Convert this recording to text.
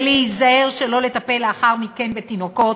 ולהיזהר שלא לטפל לאחר מכן בתינוקות.